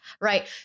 right